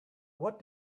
what